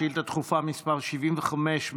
שאילתה דחופה מס' 75,